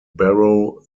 barrow